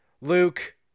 Luke